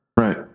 Right